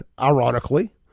ironically